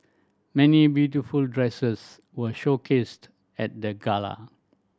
many beautiful dresses were showcased at the gala